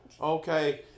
Okay